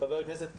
חבר הכנסת כסיף,